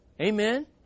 Amen